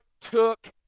took